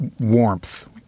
warmth